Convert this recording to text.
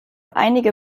einige